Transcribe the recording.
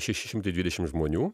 šeši šimtai dvidešim žmonių